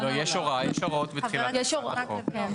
יש הוראות בתחילת הצעת החוק.